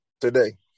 Today